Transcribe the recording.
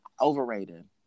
overrated